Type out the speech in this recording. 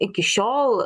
iki šiol